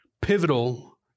pivotal